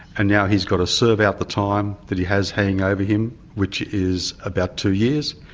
and now he's got to serve out the time that he has hanging over him, which is about two years.